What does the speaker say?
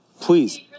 Please